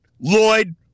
Lloyd